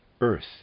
Earth